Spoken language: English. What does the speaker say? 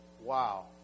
Wow